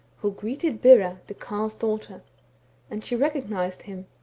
who greeted bera, the carle's daughter and she recog nized him,